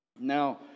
now